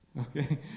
okay